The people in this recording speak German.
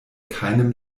keinem